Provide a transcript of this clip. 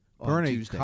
Bernie